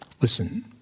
Listen